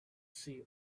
see